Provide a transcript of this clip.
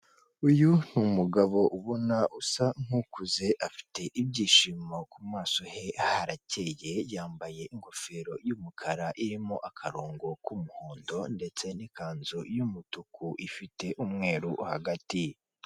Uyu ni umugabo ubona usa nk'ukuze, afite ibyishimo ku maso he harakeye, yambaye ingofero y'umukara irimo akarongo k'umuhondo, ndetse n'ikanzu y'umutuku ifite umweru hagati.